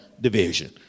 division